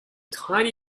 tiny